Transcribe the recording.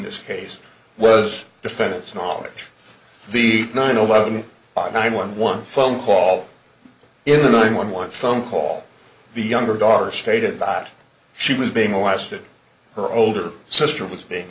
this case was defendant's knowledge the nine eleven by one one phone call in the nine one one phone call the younger daughter stated that she was being molested her older sister was being